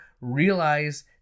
realize